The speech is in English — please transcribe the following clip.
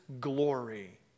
glory